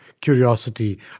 curiosity